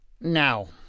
Now